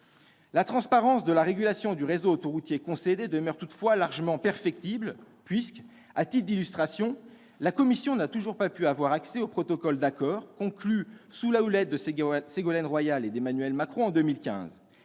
La transparence de la régulation du réseau autoroutier concédé demeure toutefois largement perfectible ; à titre d'illustration, la commission n'a toujours pas pu avoir accès au protocole d'accord conclu en 2015 sous la houlette de Ségolène Royal et d'Emmanuel Macron.